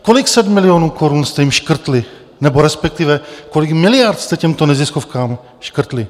Kolik set milionů korun jste jim škrtli, nebo respektive kolik miliard jste těmto neziskovkám škrtli?